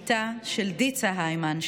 בתה של דיצה הימן,